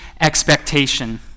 expectation